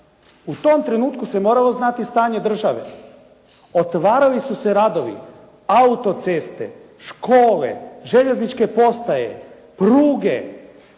U tom trenutku se moralo znati stanje države. Otvarali su se radovi, auto-ceste, škole, željezničke postaje, pruge,